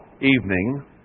evening